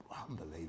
Unbelievable